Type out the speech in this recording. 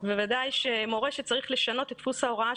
בוודאי שמורה שצריך לשנות את דפוס ההוראה